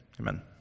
Amen